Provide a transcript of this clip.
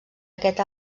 aquest